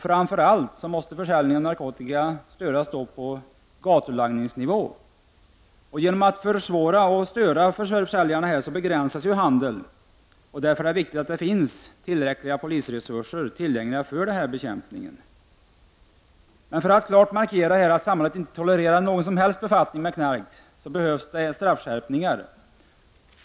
Framför allt måste försäljningen av narkotika på gatulangningsnivå störas. Genom att försvåra och störa för försäljarna begränsar man ju handeln. Därför är det viktigt att det finns tillräckliga polisresurser tillgängliga för narkotikabekämpningen. För att klart markera att samhället inte tolererar någon som helst befattning med narkotika krävs straffskärpningar.